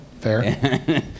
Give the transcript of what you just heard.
Fair